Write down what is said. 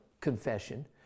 confession